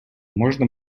можно